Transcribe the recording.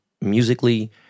musically